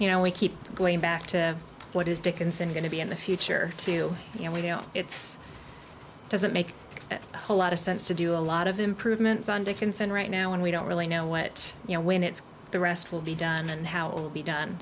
you know we keep going back to what is dickinson going to be in the future to you know you know it's doesn't make a whole lot of sense to do a lot of improvements on dickinson right now and we don't really know what you know when it's the rest will be done and how it will be done